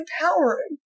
empowering